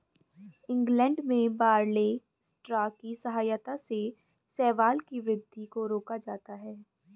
England में barley straw की सहायता से शैवाल की वृद्धि को रोका जाता है